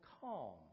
calm